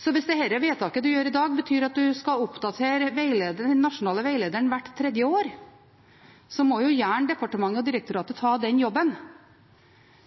Så hvis det vedtaket som fattes i dag, betyr at en skal oppdatere den nasjonale veilederen hvert tredje år, må departement og direktorat gjerne ta den jobben,